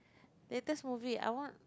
latest movie I want